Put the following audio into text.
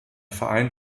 verein